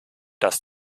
dass